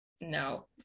no